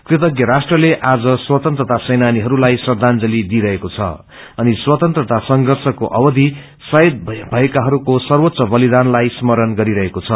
कृतब्र राष्ट्रले आज स्वतन्त्रता सेनानीहस्लाई श्रयाजंली दिइरहेको छ अनि स्वतन्त्रता संप्रषको अवधि शहीद पएकाहरूको सवोँच्च बलिदानलाई स्मरण गरिरहेको छ